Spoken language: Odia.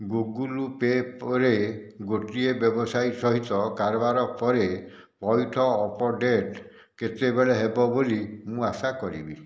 ଗୁଗଲ୍ପେ' ପରେ ଗୋଟିଏ ବ୍ୟବସାୟୀ ସହିତ କାରବାର ପରେ ପଇଠ ଅପଡେଟ୍ କେତେବେଳେ ହେବ ବୋଲି ମୁଁ ଆଶା କରିବି